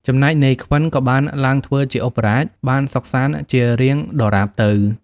ចំណែក នាយខ្វិន ក៏បានឡើងធ្វើជាឧបរាជ បានសុខសាន្តជារៀងដរាបតទៅ។